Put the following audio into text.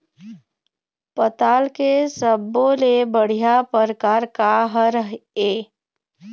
पताल के सब्बो ले बढ़िया परकार काहर ए?